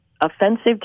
offensive